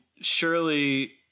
surely